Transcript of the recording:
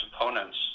opponents